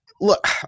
look